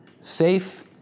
safe